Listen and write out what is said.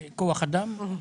יש.